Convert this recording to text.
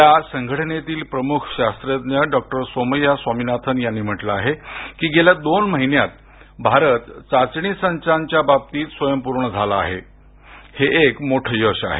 या संघटनेतील प्रमुख शास्त्रद्रन डॉक्टर सोमय्या स्वामिनाथन यांनी म्हटलं आहे की गेल्या दोन महिन्यात भारत चाचणी संचांच्या बाबतीत स्वयंपूर्ण झाला आहे हे एक मोठ यश आहे